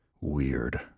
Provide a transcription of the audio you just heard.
Weird